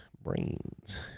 Brains